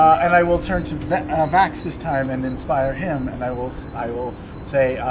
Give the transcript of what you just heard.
and i will turn to vax this time and inspire him, and i will so i will say,